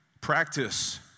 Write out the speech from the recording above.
practice